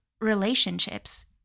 relationships